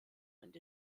und